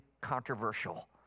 controversial